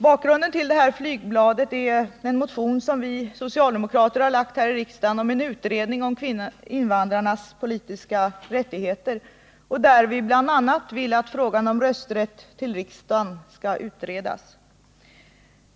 Bakgrunden till flygbladet är den motion som vi socialdemokrater har lagt här i riksdagen om en utredning av invandrarnas politiska rättigheter, där vi bl.a. vill att frågan om deras rösträtt till riksdagen skall utredas.